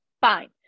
fine